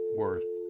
worth